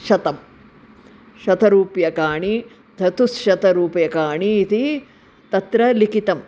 शतं शतरूप्यकाणि चतुश्शतरूप्यकाणि इति तत्र लिखितम्